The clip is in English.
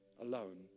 alone